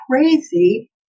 crazy